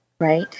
right